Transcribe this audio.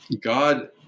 God